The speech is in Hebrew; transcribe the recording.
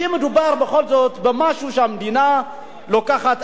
כי מדובר בכל זאת במשהו שהמדינה לוקחת.